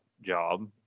job